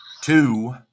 two